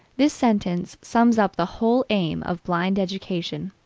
this sentence sums up the whole aim of blind education.